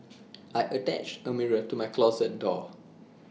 I attached A mirror to my closet door